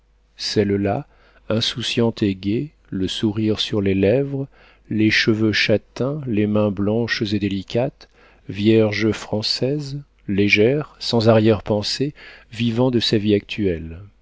celle-là insouciante et gaie le sourire sur les lèvres les cheveux châtains les mains blanches et délicates vierge française légère sans arrière-pensée vivant de sa vie actuelle